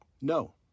No